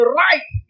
right